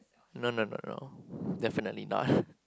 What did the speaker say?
no no no no definitely not